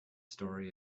story